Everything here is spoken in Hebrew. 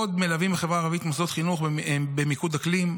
עוד מלווים בחברה הערבית מוסדות חינוך במיקוד אקלים,